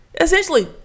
Essentially